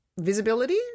visibility